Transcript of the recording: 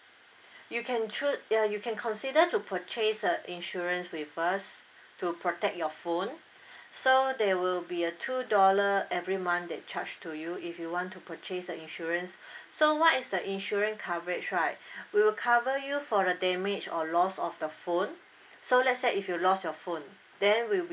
you can choose ya you can consider to purchase a insurance with us to protect your phone so there will be a two dollar every month that charge to you if you want to purchase the insurance so what is the insurance coverage right we will cover you for the damage or loss of the phone so let's say if you lost your phone then we will